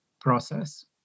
process